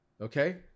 Okay